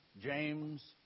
James